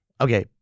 Okay